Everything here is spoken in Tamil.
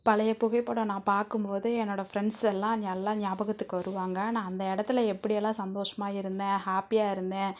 பழைய புகைப்படம் நான் பார்க்கும்போது என்னோடய ஃப்ரெண்ட்ஸ் எல்லாம் ஞல்லா ஞாபகத்துக்கு வருவாங்க நான் அந்த இடத்துல எப்படியெல்லாம் சந்தோஷமாக இருந்தேன் ஹேப்பியாக இருந்தேன்